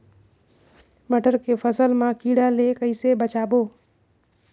मटर के फसल मा कीड़ा ले कइसे बचाबो?